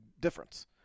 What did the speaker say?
difference